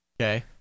Okay